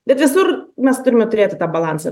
bet visur mes turime turėti tą balansą